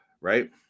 right